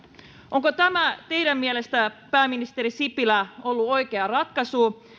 onko tämä teidän mielestänne pääministeri sipilä ollut oikea ratkaisu